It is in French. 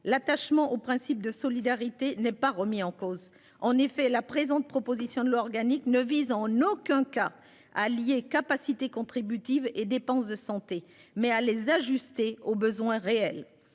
l'attachement au principe de solidarité n'est pas remis en cause en effet la présente, proposition de loi organique ne vise en aucun cas allié capacité contributive et dépenses de santé mais à les ajuster aux besoins réels.